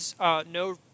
no